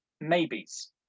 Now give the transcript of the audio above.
maybes